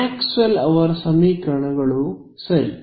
Maxwell ಅವರ ಸಮೀಕರಣಗಳು ಸರಿ